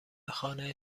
خانه